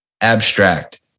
abstract